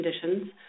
conditions